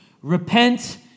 Repent